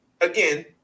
again